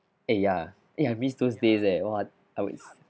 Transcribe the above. eh ya eh I miss those days leh !wah! I would